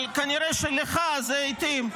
אבל כנראה שלך זה התאים.